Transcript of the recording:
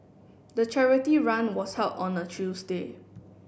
the charity run was held on a Tuesday